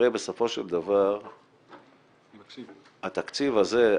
הרי בסופו של דבר התקציב הזה,